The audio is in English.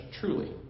truly